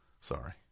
Sorry